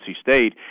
State